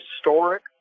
historic